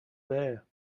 bare